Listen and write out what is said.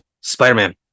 Spider-Man